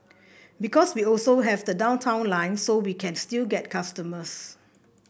because we also have the Downtown Line so we can still get customers